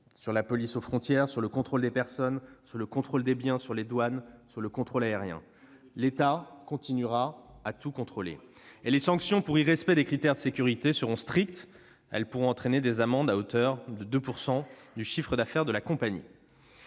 Sur la police aux frontières, le contrôle des personnes, le contrôle des biens, les douanes, le contrôle aérien, l'État continuera à tout contrôler. Les sanctions pour irrespect des critères de sécurité seront strictes : elles pourront entraîner des amendes à hauteur de 2 % du chiffre d'affaires de la compagnie.